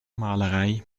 malerei